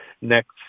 next